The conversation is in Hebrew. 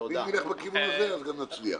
ואם נלך בכיוון הזה, אז גם נצליח.